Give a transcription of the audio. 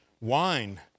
wine